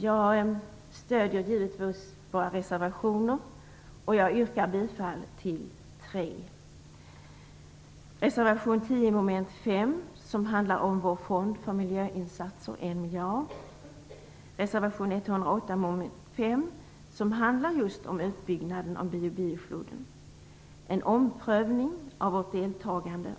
Jag stöder givetvis våra reservationer, och jag yrkar bifall till tre: reservation 10 mom. 5, som handlar om vår fond för miljöinsatser på 1 miljard och reservation 108 mom. 115, som handlar just om utbyggnaden av Bio-Bio-floden och om en omprövning av vårt deltagande.